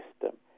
system